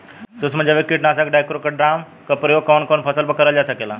सुक्ष्म जैविक कीट नाशक ट्राइकोडर्मा क प्रयोग कवन कवन फसल पर करल जा सकेला?